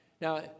Now